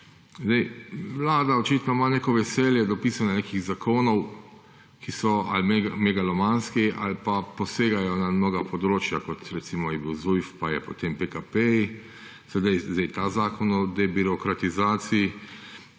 Vlada očitno ima neko veselje do pisanja nekih zakonov, ki so ali megalomanski ali pa posegajo na mnoga področja, kot recimo je bil Zujf pa potem pekapeji, zdaj pa ta zakon o debirokratizaciji.